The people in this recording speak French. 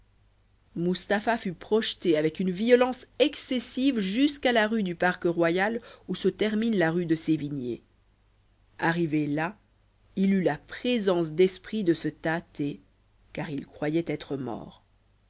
mustapha fut projeté avec une violence excessive jusqu'à la rue du parc royal où se termine la rue de sévigné arrivé là il eut la présence d'esprit de se tâter car il croyait être mort